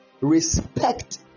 Respect